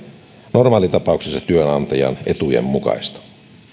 normaalitapauksessa työnantajan etujen mukaista arvoisa